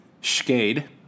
Schade